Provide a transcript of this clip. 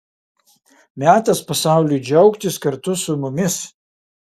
metas pasauliui džiaugtis kartu su mumis